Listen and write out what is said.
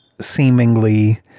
seemingly-